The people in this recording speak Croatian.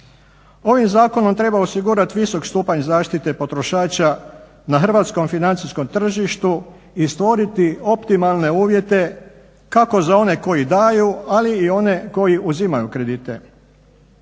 Ovim zakonom treba osigurat visok stupanj zaštite potrošača na hrvatskom financijskom tržištu i stvoriti optimalne uvjete kako za one koji daju, ali i one koji uzimaju kredite.